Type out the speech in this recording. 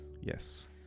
Yes